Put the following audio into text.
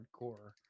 hardcore